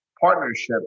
partnership